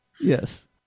Yes